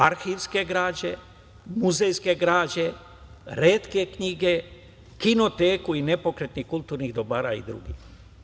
Arhivske građe, muzejske građe, retke knjige, kinoteku i nepokretnih kulturnih dobara i drugih.